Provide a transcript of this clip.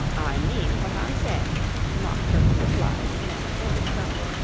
i mean what i say the mock turtle replied in an offended tone.